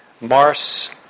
Mars